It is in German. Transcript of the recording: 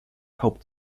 taub